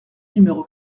numéro